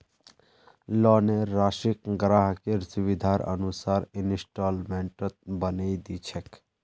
लोनेर राशिक ग्राहकेर सुविधार अनुसार इंस्टॉल्मेंटत बनई दी छेक